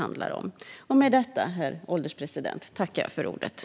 Jag yrkar bifall till reservation 8.